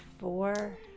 four